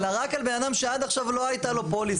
אלא רק על בן אדם שעד עכשיו לא הייתה לו פוליסה,